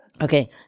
Okay